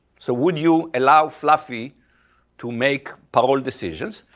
so would you allow fluffy to make parole decisions?